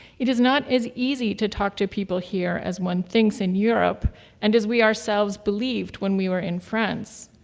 it is not as easy to talk to people here as one thinks in europe and as we ourselves believed when we were in france.